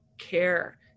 care